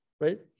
right